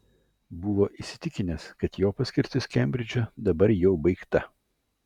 buvo įsitikinęs kad jo paskirtis kembridže dabar jau baigta